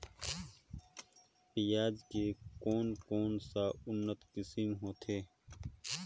पियाज के कोन कोन सा उन्नत किसम होथे?